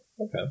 Okay